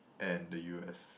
and the u_s